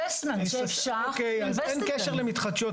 אין קשר למתחדשות,